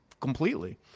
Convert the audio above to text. completely